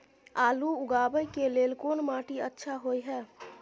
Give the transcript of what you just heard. आलू उगाबै के लेल कोन माटी अच्छा होय है?